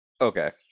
Okay